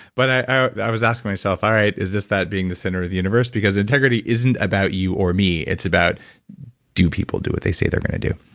but i i was asking myself, all right, is this that being the center of the universe? because integrity isn't about you or me. it's about do people do what they say they're going to do?